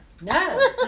no